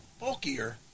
Bulkier